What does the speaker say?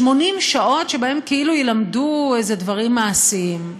80 שעות שבהם ילמדו דברים מעשיים.